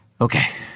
Okay